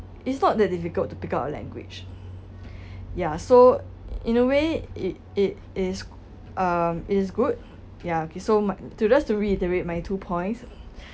it's not that difficult to pick up a language ya so in a way it it is um it is good ya okay so my to those to reiterate my two points